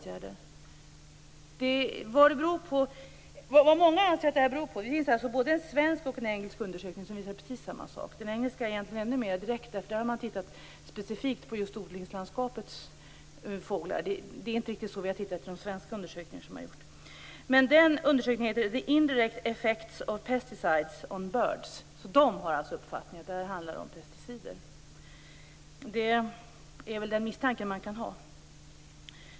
Vad gäller orsakerna, finns det både en svensk och en engelsk undersökning som visar precis samma sak. Den engelska är ännu mer direkt, eftersom man där har tittat specifikt på odlingslandskapets fåglar. Så har vi inte riktigt gjort i den svenska undersökningen. Den engelska undersökningen heter The indirect effects of pesticides on birds. Där har man alltså uppfattningen att det här handlar om pesticider. Det är väl den misstanke man kan ha.